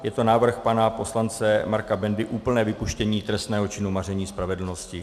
Je to návrh pana poslance Marka Bendy, úplné vypuštění trestného činu maření spravedlnosti.